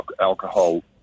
alcohol